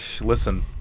Listen